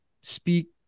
speak